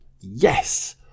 yes